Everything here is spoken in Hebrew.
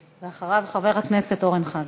ואחריו, חבר הכנסת אורן חזן.